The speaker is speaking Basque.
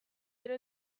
gero